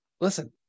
listen